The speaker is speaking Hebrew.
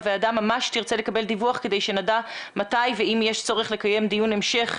הוועדה ממש תרצה לקבל דיווח כדי שנדע מתי ואם יש צורך לקיים דיון המשך,